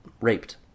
raped